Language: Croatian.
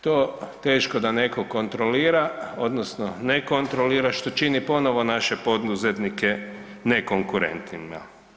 To teško da netko kontrolira odnosno ne kontrolira, što čini ponovno naše poduzetnike nekonkurentnima.